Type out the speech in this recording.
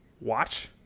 watch